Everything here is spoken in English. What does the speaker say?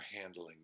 handling